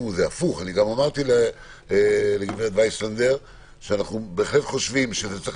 אמרתי שאנחנו בהחלט חושבים שזה צריך